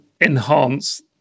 enhance